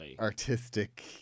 artistic